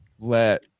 let